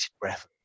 breath